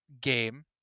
game